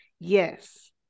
Yes